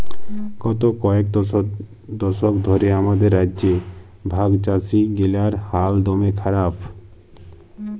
গত কয়েক দশক ধ্যরে আমাদের রাজ্যে ভাগচাষীগিলার হাল দম্যে খারাপ